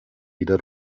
wieder